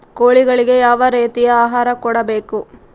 ಕೋಳಿಗಳಿಗೆ ಯಾವ ರೇತಿಯ ಆಹಾರ ಕೊಡಬೇಕು?